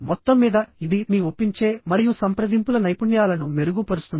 మొత్తం మీద ఇది మీ ఒప్పించే మరియు సంప్రదింపుల నైపుణ్యాలను మెరుగుపరుస్తుంది